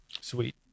Sweet